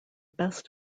best